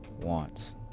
wants